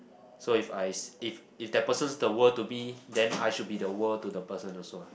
so if i if if that person's the world to be then I should be the world to the person also lah